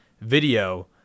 video